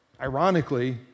Ironically